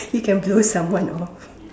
you can blew someone off